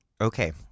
Okay